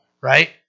Right